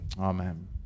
Amen